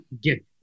get